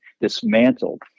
dismantled